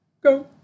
go